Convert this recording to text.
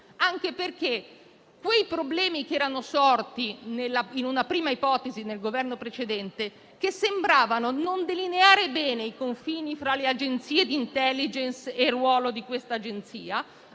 molto, perché i problemi che erano sorti in una prima ipotesi nel Governo precedente e che sembravano non delineare bene i confini fra le Agenzie di *intelligence* e il ruolo di questa adesso